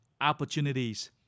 opportunities